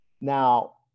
Now